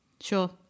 Sure